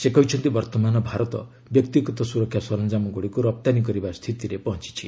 ସେ କହିଛନ୍ତି ବର୍ତ୍ତମାନ ଭାରତ ବ୍ୟକ୍ତିଗତ ସୁରକ୍ଷା ସରଞ୍ଜାମଗୁଡ଼ିକୁ ରପ୍ତାନୀ କରିବା ସ୍ଥିତିରେ ପହଞ୍ଚିଛି